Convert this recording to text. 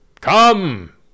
come